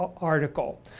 article